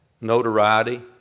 notoriety